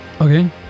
okay